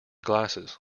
glasses